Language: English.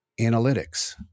analytics